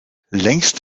längst